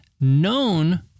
known